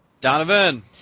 Donovan